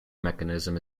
mechanism